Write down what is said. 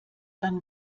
dann